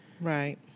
Right